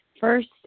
First